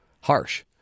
harsh